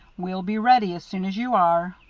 we'll be ready as soon as you are.